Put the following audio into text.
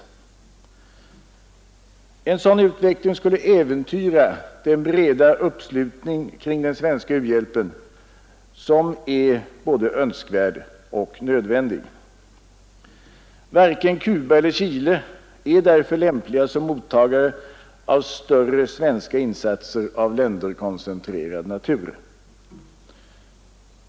En sådan utveckling skulle äventyra den breda uppslutning kring den svenska u-hjälpen, som är både önskvärd och nödvändig. Varken Cuba eller Chile är därför lämpliga som mottagare av större svenska insatser av länderkoncentrerad natur.